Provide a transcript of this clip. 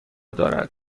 دارد